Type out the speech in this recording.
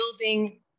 building